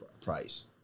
price